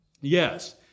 Yes